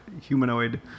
humanoid